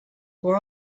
were